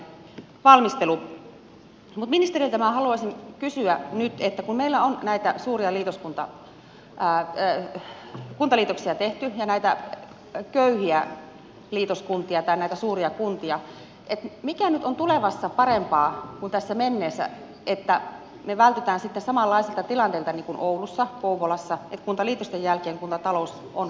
mutta ministereiltä minä haluaisin kysyä nyt kun meillä on näitä suuria kuntaliitoksia tehty ja näitä köyhiä liitoskuntia tai näitä suuria kuntia mikä nyt on tulevassa parempaa kuin tässä menneessä että me vältymme sitten samanlaisilta tilanteilta niin kuin oulussa kouvolassa että kuntaliitosten jälkeen kuntatalous on vain sukeltanut